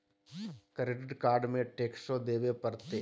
Credit card में टेक्सो देवे परते?